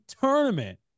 tournament